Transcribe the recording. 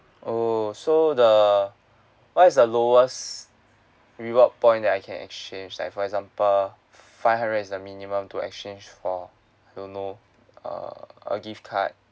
oo so the what is the lowest reward point that I can exchange like for example five hundred is a minimum to exchange for you know a a gift card